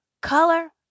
color